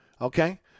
Okay